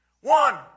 One